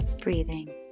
breathing